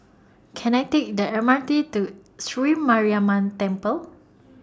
Can I Take The M R T to Sri Mariamman Temple